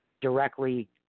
directly